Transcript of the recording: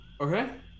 okay